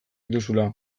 dituzula